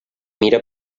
mira